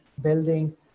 building